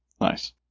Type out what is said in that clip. Nice